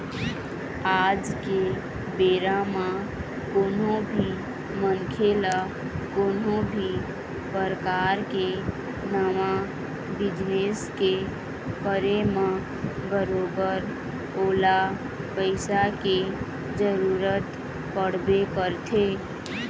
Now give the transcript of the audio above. आज के बेरा म कोनो भी मनखे ल कोनो भी परकार के नवा बिजनेस के करे म बरोबर ओला पइसा के जरुरत पड़बे करथे